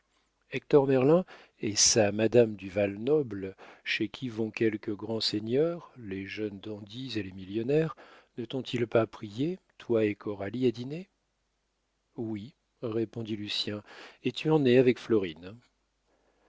merlin et sa madame du val-noble chez qui vont quelques grands seigneurs les jeunes dandies et les millionnaires ne tont ils pas prié toi et coralie à dîner oui répondit lucien et tu en es avec florine